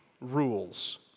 rules